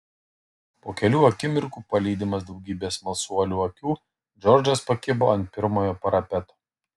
po kelių akimirkų palydimas daugybės smalsuolių akių džordžas pakibo ant pirmojo parapeto